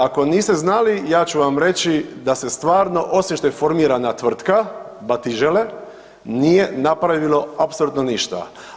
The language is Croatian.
Ako niste znali ja ću vam reći da se stvarno osim što je formirana tvrtka Batižele, nije napravilo apsolutno ništa.